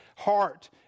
Heart